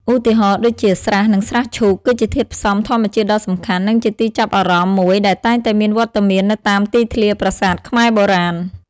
ឧទាហរណ៍ ដូចជា ស្រះ និងស្រះឈូក គឺជាធាតុផ្សំធម្មជាតិដ៏សំខាន់ និងជាទីចាប់អារម្មណ៍មួយដែលតែងតែមានវត្តមាននៅតាមទីធ្លាប្រាសាទខ្មែរបុរាណ។